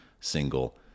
single